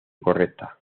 correcta